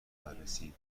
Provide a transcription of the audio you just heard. بررسی